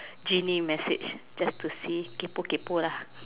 genie message just to see kaypoh kaypoh lah